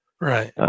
Right